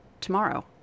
tomorrow